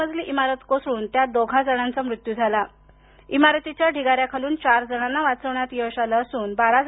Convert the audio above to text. मजली इमारत कोसळून त्यात दोघाजणांचा मृत्यू झाला इमारतीच्या ढिगाऱ्याखालून चार जणांना वाचवण्यात आलं असून अद्याप एक व्यक्ती